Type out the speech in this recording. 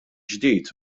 ġdid